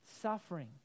suffering